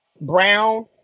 brown